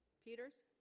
peters